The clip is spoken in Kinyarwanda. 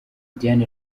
diane